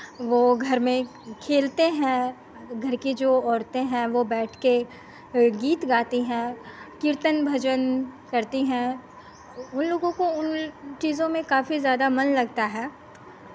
वो घर में खेलते हैं घर की जो औरतें हैं वो बैठ के गीत गाती हैं कीर्तन भजन करती हैं उनलोगों को उन चीज़ों में काफी ज़्यादा मन लगता है